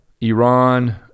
Iran